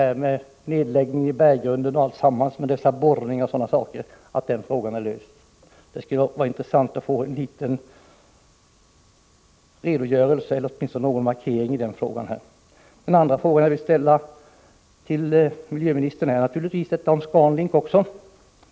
Är problemet med borrning i berggrunden löst? Det vore intressant att få en liten redogörelse eller någon markering om denna sak. Den andra fråga som jag vill ställa till miljöministern gäller Scan Link.